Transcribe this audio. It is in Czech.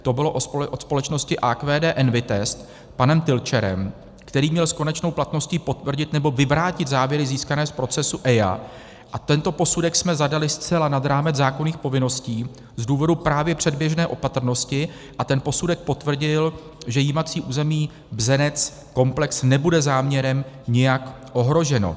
To bylo od společnosti AQDenvitest, panem Tylčerem, který měl s konečnou platností potvrdit nebo vyvrátit závěry získané z procesu EIA, a tento posudek jsme zadali zcela nad rámec zákonných povinností z důvodu právě předběžné opatrnosti a ten posudek potvrdil, že jímací území Bzeneckomplex nebude záměrem nijak ohroženo.